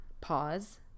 pause